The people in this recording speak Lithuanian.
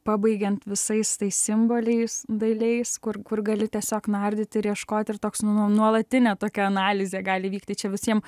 pabaigiant visais tais simboliais dailiais kur kur gali tiesiog nardyti ir ieškoti ir toks nu nuolatinė tokia analizė gali vykti čia visiem